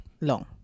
long